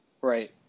Right